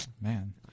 Man